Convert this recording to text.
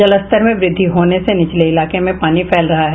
जलस्तर में वृद्धि होने से निचले इलाके में पानी फैल रहा है